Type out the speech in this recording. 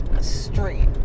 street